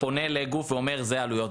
פונה לגוף ואומר: אלה העלויות.